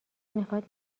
میخاد